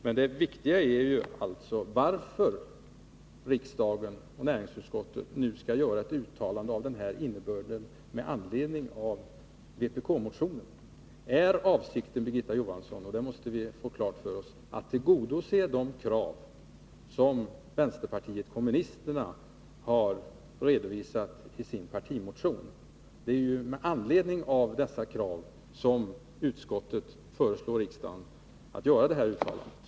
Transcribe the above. Men det viktiga är att vi får veta varför riksdagen och 10 november 1982 näringsutskottet nu skall göra ett uttalande av denna innebörd med anledning av vpk-motionen. Är avsikten, Birgitta Johansson — det måste vi få Statligt ägande klart för oss — att tillgodose de krav som vänsterpartiet kommunisterna har redovisat i sin partimotion? Det är ju med anledning av dessa krav som näringsutskottet föreslår riksdagen att göra detta uttalande.